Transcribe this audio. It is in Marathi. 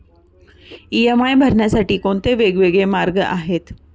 इ.एम.आय भरण्यासाठी कोणते वेगवेगळे मार्ग आहेत?